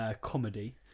comedy